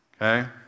Okay